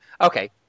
Okay